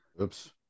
oops